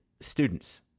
students